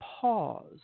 pause